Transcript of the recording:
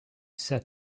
said